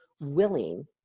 willing